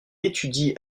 étudie